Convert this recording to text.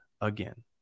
again